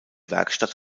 werkstatt